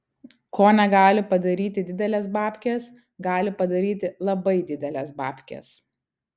ko negali padaryti didelės babkės gali padaryti labai didelės babkės